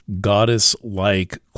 goddess-like